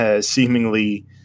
seemingly